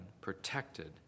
protected